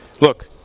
Look